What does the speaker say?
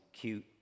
cute